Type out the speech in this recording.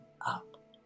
up